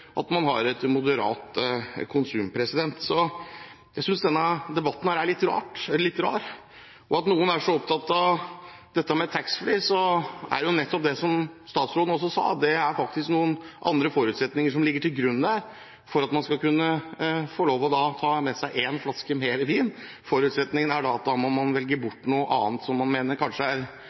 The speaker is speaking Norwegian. et moderat konsum. Så jeg synes denne debatten er litt rar. Noen er så opptatt av dette med taxfree, men som statsråden også sa, er det faktisk noen andre forutsetninger som ligger til grunn der, for at man skal kunne få lov til å ta med seg én flaske vin ekstra. Forutsetningen er at man da må velge bort noe annet som man kanskje mener er vel så skadelig, og noen vil mene at det er